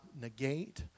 negate